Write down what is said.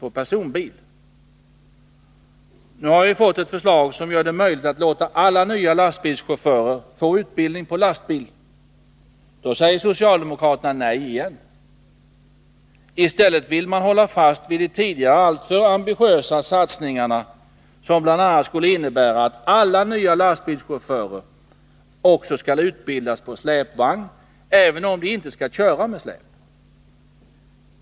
Nu har det lagts fram ett förslag som gör det möjligt att låta alla nya lastbilschaufförer få utbildning i lastbilskörning. Men då säger socialdemokraterna nej igen. I stället vill de hålla fast vid de tidigare alltför ambitiösa satsningarna, som bl.a. innebär att alla nya lastbilschaufförer också skall utbildas på släpvagn, även om de inte skall köra med släp.